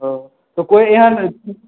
तऽ कोइ एहन